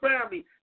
family